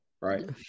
right